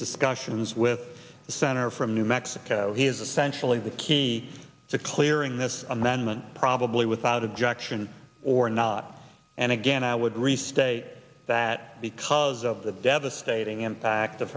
discussions with the senator from new mexico he is essentially the key to clearing this amendment probably without objection or not and again i would restate that because of the devastating impact of